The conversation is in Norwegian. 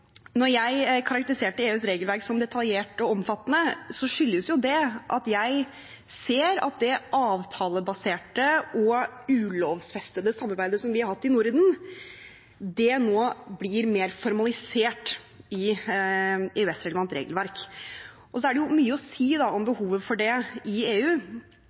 Når jeg karakteriserte EUs regelverk som detaljert og omfattende, skyldes det at jeg ser at det avtalebaserte og ulovfestede samarbeidet som vi har hatt i Norden, nå blir mer formalisert i EØS-relevant regelverk. Så er det mye å si om behovet for det i EU.